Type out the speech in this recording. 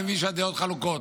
אני מבין שהדעות חלוקות.